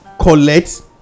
collect